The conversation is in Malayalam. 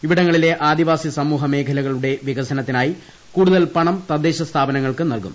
ഇവിടെങ്ങളിലെ ആദിവാസി സമൂഹ മേഖ്ച്കളുടെ വികസനത്തിനായി കൂടുതൽ പണം തദ്ദേശ സ്ഥാപനങ്ങൾക്ക് നൽകും